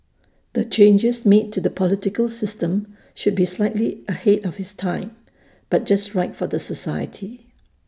the changes made to the political system should be slightly ahead of its time but just right for the society